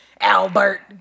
Albert